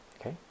okay